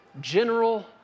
general